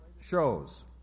shows